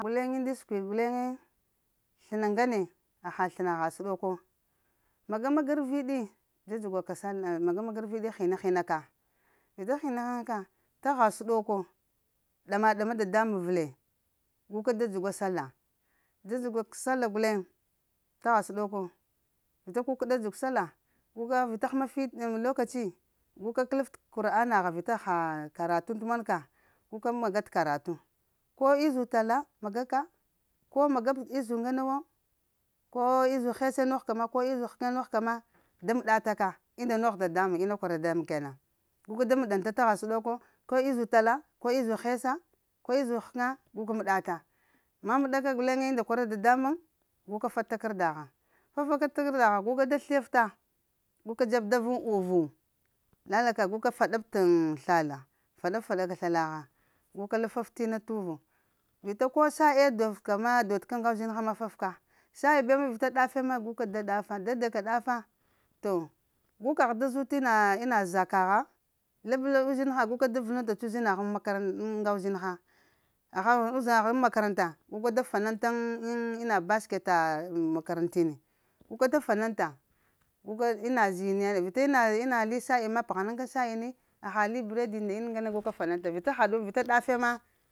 Guleŋe unda siɗ guleŋge sləna ŋgane, haha sləna ghaa səɗoko, maga-maga arviɗi dza-djuga ka sallah maga-maga arvidi hina-hina ka, vita hina hina ka, ta gha səɗoko, ɗama-ɗama dadamuŋ vəle, guka da dzugwa sallah, dza-dzuka ka sallah guleŋ, ta gha səɗoko vita kukəɗa dzuŋ sallah guka vita həma fit m lokaci guka kələf kur'ana ha vita haa karatu t'mon ka guka maga t’ karatu, ko izubu tak maga ka ko magab izubu ŋga na wo, koo izubu hese nogh ka ma, ko izubu həkəne nogh ka ma, da m'ɗataka inda nogh dadamuŋ, ina kwara dadamuŋ kena. Guke da m'ɗaŋ ta ta gha səɗoko, ko izubu tala, ko izubu hesa, ko izubu həkəna guka m'd'ata, mamɗa ka guleŋe unda kwara dadamuŋ guka fa takardaha, fafaka takardaha guka da siəyafta guka dzeb da vuŋ uvu lalaka guka faɗab t'ŋ slala faɗab-faɗa ka slalagha, gu ka faf t'ina tuvu, vita ko sha'iye duf ka ma dodka ŋga uzinha ma fafka sha'i bew ma vita ɗafe ma guka da ɗafa, dada ka ɗafa to gu kaghda zut ina ina za kagha labla uzinha guka da vulunta t’ uzina uzina haŋ makaranta ŋ ga uzinha, aha ghaŋ uzaŋa ghəŋ makaratna guka da fananta ŋ ŋ ina basketa makarantini guka da fananta guka ina zine vita ina ina li shali ma p'gha nəŋ ka ŋ sha'i yini aha li breadi nda ina ŋgane gu ka fananfa vita haɗu vita ɗafe ma